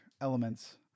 elements